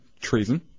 Treason